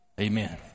Amen